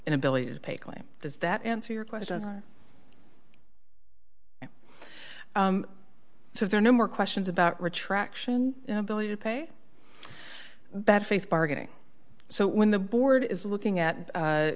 inability to pay claims does that answer your questions so there are no more questions about retraction ability to pay bad faith bargaining so when the board is looking at